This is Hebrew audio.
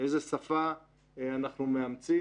איזו שפה אנחנו מאמצים,